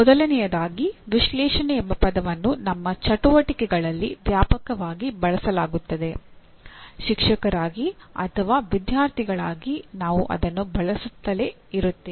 ಮೊದಲನೆಯದಾಗಿ ವಿಶ್ಲೇಷಣೆ ಎಂಬ ಪದವನ್ನು ನಮ್ಮ ಚಟುವಟಿಕೆಗಳಲ್ಲಿ ವ್ಯಾಪಕವಾಗಿ ಬಳಸಲಾಗುತ್ತದೆ ಶಿಕ್ಷಕರಾಗಿ ಅಥವಾ ವಿದ್ಯಾರ್ಥಿಗಳಾಗಿ ನಾವು ಅದನ್ನು ಬಳಸುತ್ತಲೇ ಇರುತ್ತೇವೆ